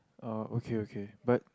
uh okay okay but